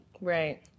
Right